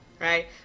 right